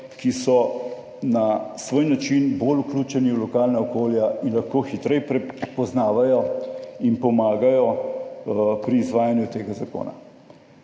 ki so na svoj način bolj vključeni v lokalna okolja in lahko hitreje prepoznavajo in pomagajo pri izvajanju tega zakona.